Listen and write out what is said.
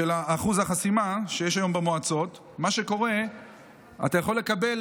אחוז החסימה שיש היום במועצות אתה יכול לקבל,